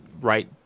right